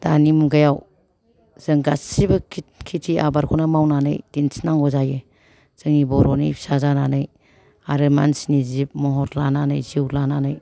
दानि मुगायाव जों गासिबो खेथि खेथि आबादखौनो मावनानै दिन्थिनांगौ जायो जोंनि बर'नि फिसा जानानै आरो मानसिनि जिब महर लानानै जिउ लानानै